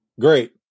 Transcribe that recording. Great